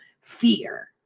fear